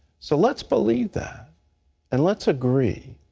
so let's believe that and let's agree.